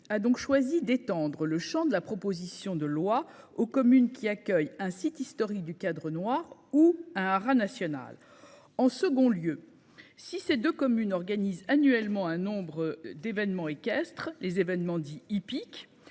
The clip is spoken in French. a donc choisi d'étendre le Champ de la proposition de loi aux communes qui accueillent un site historique du Cadre Noir ou un haras national. En second lieu si ces 2 communes organise annuellement un nombre d'événements équestres, les événements dit hippiques